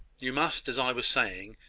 you must, as i was saying,